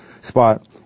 spot